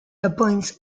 appoints